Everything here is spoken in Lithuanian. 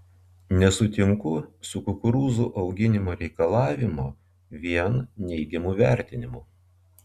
nesutinku su kukurūzų auginimo reikalavimo vien neigiamu vertinimu